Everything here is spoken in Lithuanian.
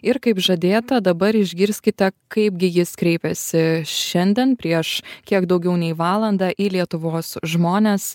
ir kaip žadėta dabar išgirskite kaipgi jis kreipiasi šiandien prieš kiek daugiau nei valandą į lietuvos žmones